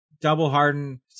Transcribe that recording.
double-harden